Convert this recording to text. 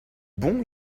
bon